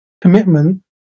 commitment